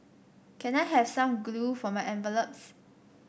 can I have some glue for my envelopes